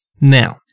Now